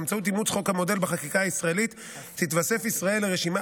באמצעות אימוץ חוק המודל בחקיקה הישראלית תתווסף ישראל לרשימה